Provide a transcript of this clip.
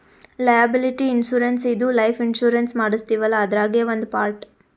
liability insurance ಇದು life insurance ಮಾಡಸ್ತೀವಲ್ಲ ಅದ್ರಾಗೇ ಒಂದ್ ಪಾರ್ಟ್